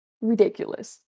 ridiculous